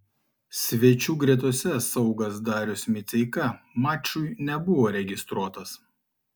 svečių gretose saugas darius miceika mačui nebuvo registruotas